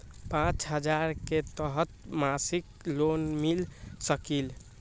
पाँच हजार के तहत मासिक लोन मिल सकील?